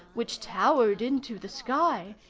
which towered into the sky.